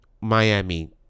Miami